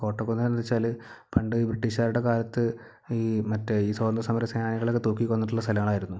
കോട്ടക്കുന്ന് എന്ന് വെച്ചാല് പണ്ട് ബ്രിട്ടീഷുകാരുടെ കാലത്ത് ഈ മറ്റേ ഈ സ്വാതന്ത്രസമരസേനാനികളെയൊക്കെ തൂക്കിക്കൊന്നിട്ടുള്ള സ്ഥലങ്ങളായിരുന്നു